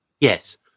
yes